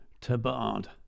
Tabard